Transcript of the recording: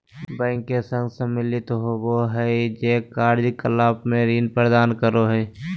bank के संघ सम्मिलित होबो हइ जे कार्य कलाप में ऋण प्रदान करो हइ